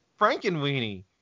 Frankenweenie